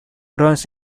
runs